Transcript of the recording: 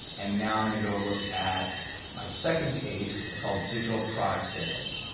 and now, i'm gonna go look at my second page which is called digital product sales.